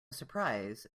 surprise